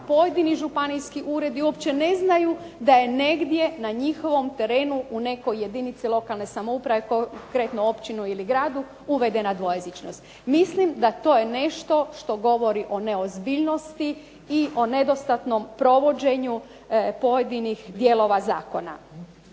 pojedini županijski uredi uopće ne znaju da je negdje na njihovom terenu u nekoj jedinici lokalne samouprave konkretno općini ili gradu uvedena dvojezičnost. Mislim da je to nešto što govori o neozbiljnosti i o nedostatnom provođenju pojedinih dijelova zakona.